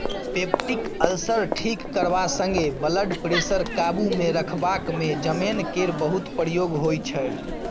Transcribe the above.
peptic ulcer ठीक करबा संगे ब्लडप्रेशर काबुमे रखबाक मे जमैन केर बहुत प्रयोग होइ छै